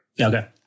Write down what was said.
Okay